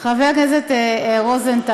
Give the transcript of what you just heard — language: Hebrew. חבר הכנסת רוזנטל,